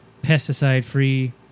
pesticide-free